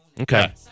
Okay